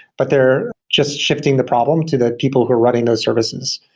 but they're just shifting the problem to the people who are running those services.